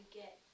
get